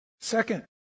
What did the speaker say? Second